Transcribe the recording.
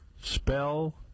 Spell